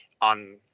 on